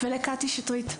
ולקטי שטרית.